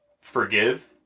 forgive